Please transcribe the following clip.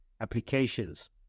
applications